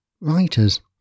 Writers